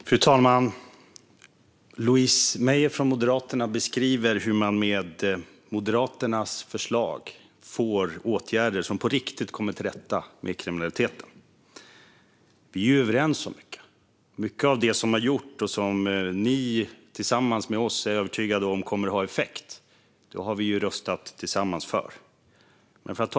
Fru talman! Louise Meijer från Moderaterna beskriver hur man med Moderaternas förslag får åtgärder som på riktigt kommer till rätta med kriminaliteten. Vi är överens om mycket. Mycket av det som har gjorts och som ni tillsammans med oss är övertygade om kommer att ha effekt har vi ju röstat för tillsammans.